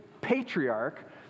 patriarch